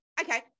Okay